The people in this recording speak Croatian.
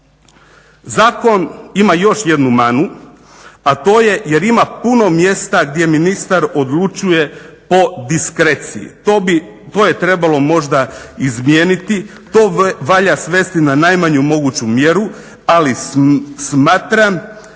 Zakon ima još jednu manu, a to je jer ima puno mjesta gdje ministar odlučuje po diskreciji. To bi, to je trebalo možda izmijeniti. To valjda svesti na najmanju moguću mjeru, ali smatram